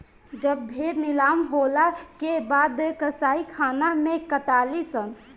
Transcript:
जब भेड़ नीलाम होला के बाद कसाईखाना मे कटाली सन